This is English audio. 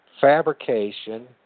fabrication